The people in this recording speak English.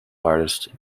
artist